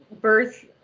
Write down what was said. birth